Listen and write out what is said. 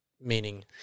Meaning